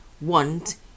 want